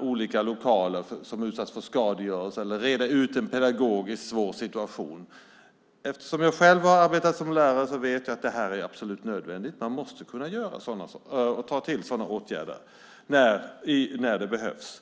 olika lokaler som utsatts för skadegörelse eller reda ut en pedagogiskt svår situation. Eftersom jag själv har arbetat som lärare vet jag att det är absolut nödvändigt. Man måste kunna ta till sådana åtgärder när det behövs.